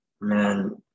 Man